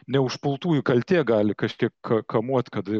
neužpultųjų kaltė gali kažkiek ka kamuot kad